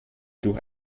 durch